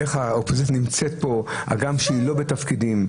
איך האופוזיציה נמצאת פה הגם שהיא לא בתפקידים,